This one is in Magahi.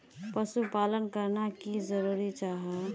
पशुपालन करना की जरूरी जाहा?